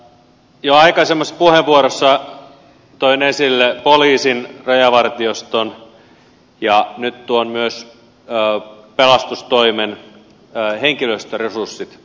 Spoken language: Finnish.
jo aikaisemmassa puheenvuorossani toin esille poliisin rajavartioston ja nyt myös pelastustoimen henkilöstöresurssit